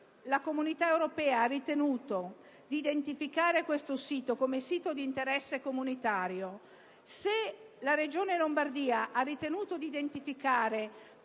la Comunità europea ha ritenuto di identificare questo sito come di interesse comunitario